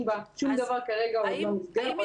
שום דבר כרגע עוד לא נסגר,